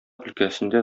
өлкәсендә